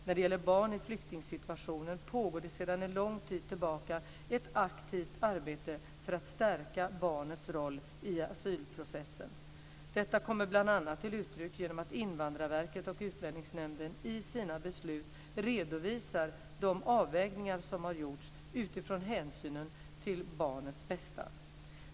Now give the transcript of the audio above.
När det gäller barn i flyktingsituationen pågår det sedan en lång tid tillbaka ett aktivt arbete för att stärka barnets roll i asylprocessen. Detta kommer bl.a. till uttryck genom att Invandrarverket och Utlänningsnämnden i sina beslut redovisar de avvägningar som har gjorts utifrån hänsynen till barnets bästa.